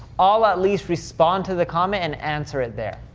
i'll at least respond to the comment and answer it there.